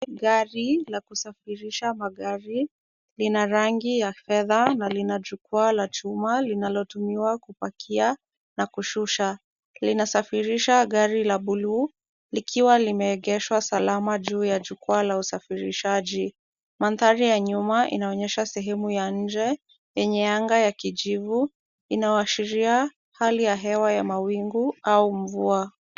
Gari la kusafirisha magari lina rangi ya fedha na lina jukwaa la chuma linalotumiwa kupakia na kushusha. Linasafirisha gari la bluu, likiwa limeegeshwa salama juu ya jukwaa la usafirishaji. Mandhari ya nyuma yanaonyesha sehemu ya nje yenye anga ya kijivu inayoashiria hali ya hewa ya mawingu au mvua.